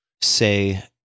say